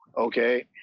okay